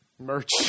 merch